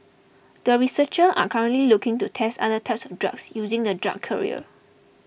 the researchers are currently looking to test other types of drugs using the drug carrier